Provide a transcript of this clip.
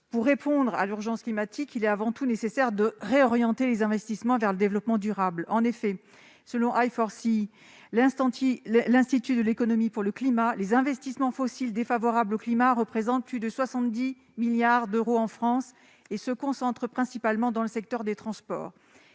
Pour répondre à l'urgence climatique, il est avant tout nécessaire de réorienter les investissements vers le développement durable. En effet, selon I4CE, les investissements fossiles défavorables au climat représentent plus de 70 milliards d'euros en France et se concentrent principalement dans le secteur des transports.